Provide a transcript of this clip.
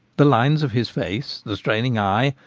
the lines of his face, the straining eye,